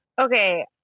okay